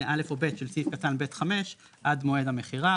(א) או (ב) של סעיף קטן (ב)(5) עד מועד המכירה.